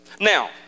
now